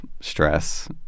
stress